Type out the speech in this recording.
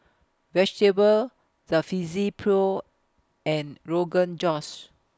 Vegetable Jalfrezi Pho and Rogan Josh